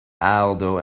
aldo